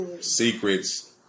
Secrets